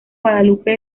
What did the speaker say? guadalupe